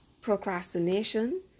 procrastination